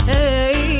Hey